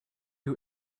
you